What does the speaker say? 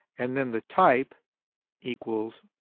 and then the type equals,